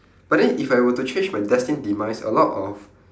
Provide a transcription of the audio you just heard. but then if I were to change my destined demise a lot of